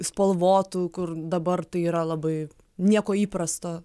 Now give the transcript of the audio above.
spalvotų kur dabar tai yra labai nieko įprasto